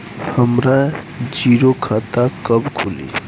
हमरा जीरो खाता कब खुली?